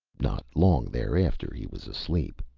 not long thereafter he was asleep,